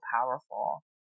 powerful